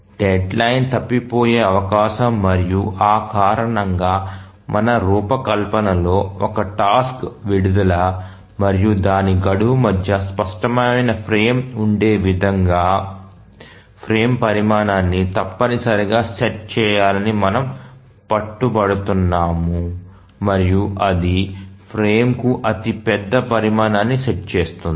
deadline తప్పిపోయే అవకాశం ఉంది మరియు ఆ కారణంగా మన రూపకల్పనలో ఒక టాస్క్ విడుదల మరియు దాని గడువు మధ్య స్పష్టమైన ఫ్రేమ్ ఉండే విధంగా ఫ్రేమ్ పరిమాణాన్ని తప్పనిసరిగా సెట్ చేయాలని మనము పట్టుబడుతున్నాము మరియు అది ఫ్రేమ్కు అతి పెద్ద పరిమాణాన్ని సెట్ చేస్తుంది